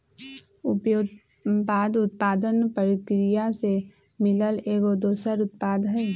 उपोत्पाद उत्पादन परकिरिया से मिलल एगो दोसर उत्पाद हई